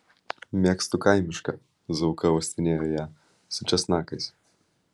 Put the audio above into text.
mėgstu kaimišką zauka uostinėjo ją su česnakais